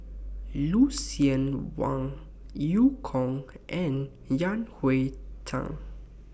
Lucien Wang EU Kong and Yan Hui Chang